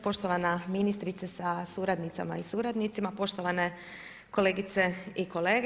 Poštovana ministrice sa suradnicama i suradnicima, poštovane kolegice i kolege.